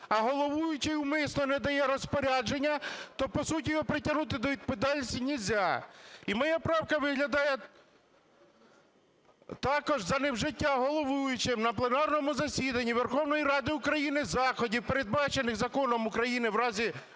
а головуючий умисно не дає розпорядження, то по суті його притягнути до відповідальності нельзя. І моя правка виглядає: "Також за невжиття головуючим на пленарному засіданні Верховної Ради України заходів, передбачених Законом України, в разі